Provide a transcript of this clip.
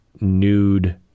nude